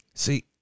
See